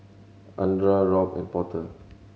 Andra Robt and Porter